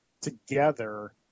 together